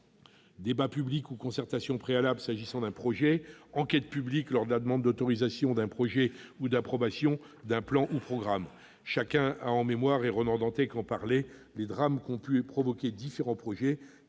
débat public ou concertation préalable s'agissant d'un projet, enquête publique lors de la demande d'autorisation d'un projet ou d'approbation d'un plan ou programme. Cependant, chacun a en mémoire- Ronan Dantec l'a évoqué -les drames qu'ont pu provoquer différents projets